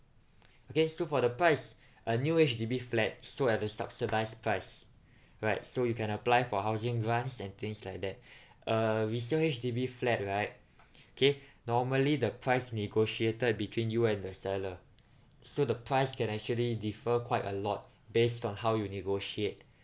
okay so for the price a new H_D_B flat sold at the subsidised price right so you can apply for housing grants and things like that uh resale H_D_B flat right K normally the price negotiated between you and the seller so the price can actually differ quite a lot based on how you negotiate